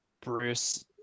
Bruce